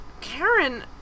Karen